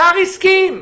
השר הסכים.